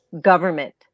government